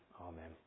Amen